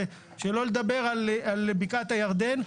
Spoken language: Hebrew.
שלא לדבר על בקעת הירדן,